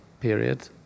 period